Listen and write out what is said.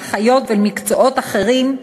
לאחיות ולמקצועות אחרים,